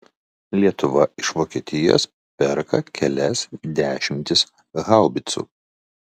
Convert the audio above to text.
lietuva iš vokietijos perka kelias dešimtis haubicų